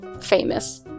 famous